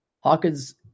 Hawkins